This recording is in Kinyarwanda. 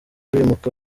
bimuka